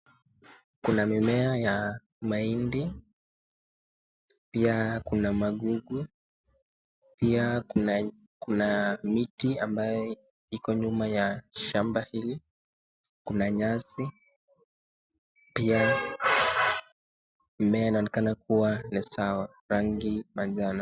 Kuna mimea ya mahindi, pia kuna magugu, pia kuna miti ambayo iko nyuma ya shamba hili, kuna nyasi, pia mmea inaonekana kuwa ni sawa, rangi manjano.